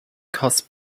costs